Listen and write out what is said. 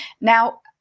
Now